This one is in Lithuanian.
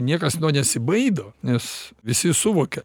niekas nesibaido nes visi suvokia